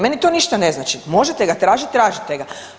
Meni to ništa ne znači, možete ga tražiti, tražite ga.